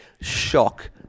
shock